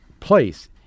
place